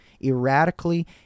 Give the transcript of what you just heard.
erratically